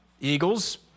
Eagles